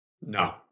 No